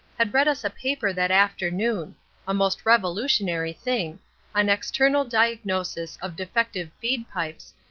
had read us a paper that afternoon a most revolutionary thing on external diagnosis of defective feed pipes,